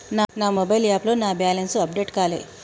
నా మొబైల్ యాప్లో నా బ్యాలెన్స్ అప్డేట్ కాలే